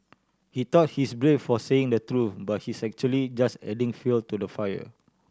he thought he is brave for saying the truth but he's actually just adding fuel to the fire